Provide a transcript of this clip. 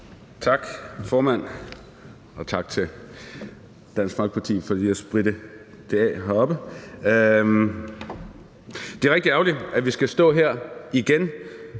Tak, formand, og tak til Dansk Folkeparti for lige at spritte af heroppe. Det er rigtig ærgerligt, at vi skal stå her igen